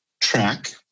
track